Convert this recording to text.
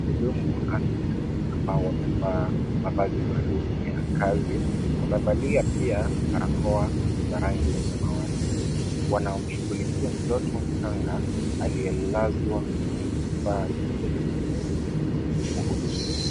Wahudumu wa afya ambao wamevaa mavazi maalum ya kazi. Wamevalia pia barakoa za rangi ya samawati. Wanamshughulikia mtoto mchanga aliyelazwa kwenye kifaa ya kielektroniki kuhudumia.